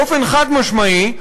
באופן חד-משמעי,